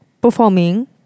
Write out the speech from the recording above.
performing